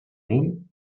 vell